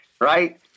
right